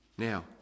Now